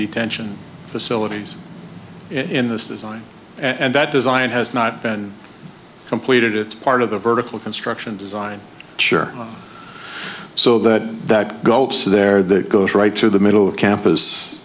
detention facilities in this design and that design has not been completed it's part of the vertical construction design sure so that that gulps there that goes right through the middle of campus